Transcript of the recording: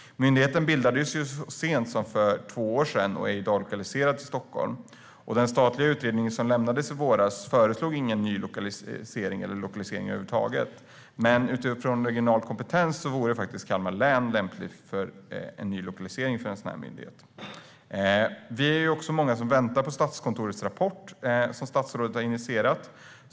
Myndigheten bildades så sent som för två år sedan och är i dag lokaliserad till Stockholm. Den statliga utredningen som lämnades i våras föreslog ingen utlokalisering eller nylokalisering över huvud taget, men sett utifrån regional kompetens vore Kalmar län lämpligt för en nylokalisering av en sådan myndighet. Vi är också många som väntar på Statskontorets rapport, som statsrådet har initierat.